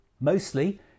Mostly